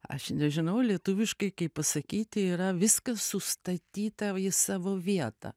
aš nežinau lietuviškai kaip pasakyti yra viskas sustatyta į savo vietą